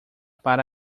para